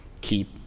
keep